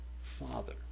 Father